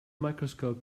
microscope